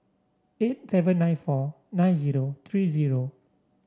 eight seven nine four nine zero three zero